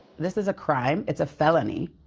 this is a crime. it's a felony.